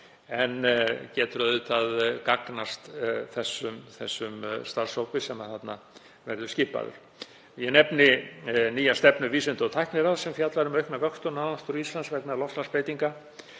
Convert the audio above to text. en getur auðvitað gagnast þeim starfshópi sem þarna verður skipaður. Ég nefni nýja stefnu Vísinda- og tækniráðs sem fjallar um aukna vöktun á náttúru Íslands vegna loftslagsbreytinga.